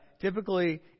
Typically